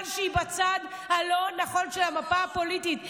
שהיא בצד הלא-נכון של המפה הפוליטית.